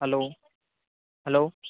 hello hello